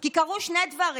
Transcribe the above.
כי קרו שני דברים: